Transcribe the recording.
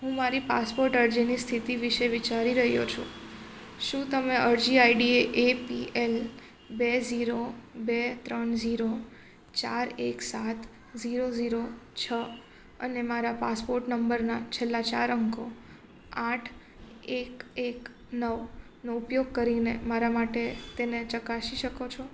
હું મારી પાસપોટ અરજીની સ્થિતિ વિશે વિચારી રહ્યો છું શુ તમે અરજી આઇડી એ પી એલ બે ઝીરો બે ત્રણ ઝીરો ચાર એક સાત ઝીરો ઝીરો છ અને મારા પાસપોટ નંબરના છેલ્લા ચાર અંકો આઠ એક એક નવનો ઉપયોગ કરીને મારા માટે તેને ચકાસી શકો છો